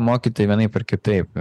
mokytojai vienaip ar kitaip